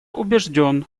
убежден